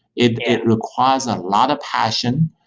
it it requires a lot of passion.